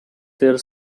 their